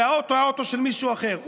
והאוטו היה של מישהו אחר,